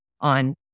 on